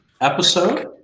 episode